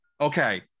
Okay